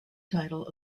title